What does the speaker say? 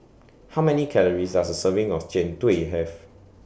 How Many Calories Does A Serving of Jian Dui Have